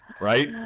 right